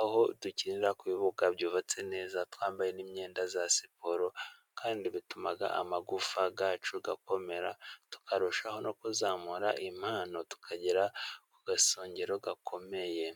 aho dukinira kubuga byubatse neza , twambaye n'imyenda ya siporo , kandi bituma amagufa yacu akomera tukarushaho no kuzamura impano tukagera ku gasongero gakomeye .